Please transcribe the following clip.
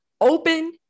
open